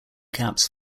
caps